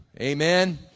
Amen